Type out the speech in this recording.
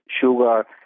sugar